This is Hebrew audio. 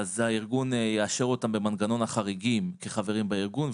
הארגון יאשר אותם במנגנון החריגים כחברים בארגון,